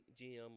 GM